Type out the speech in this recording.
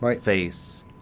face